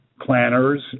planners